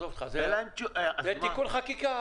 זה תיקון חקיקה.